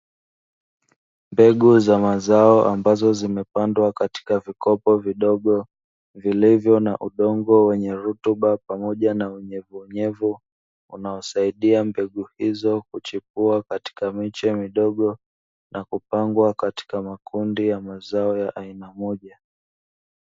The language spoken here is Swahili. Mbegu za mazao ambazo zimepandwa katika vikopo vidogo vilivyo na udongo wenye rutuba pamoja na unyevuunyevu, unaosaidia mbegu hizo kuchipua katika miche midogo na kupangwa katika makundi ya mazao ya aina moja.